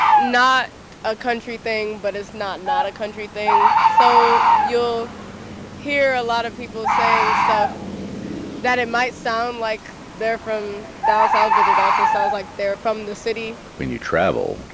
not a country thing, but it's not not a country thing. so you'll hear a lot of people saying stuff that it might sound like they're from down south. but it also sounds like they're from the city when you travel,